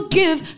give